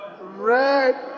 Red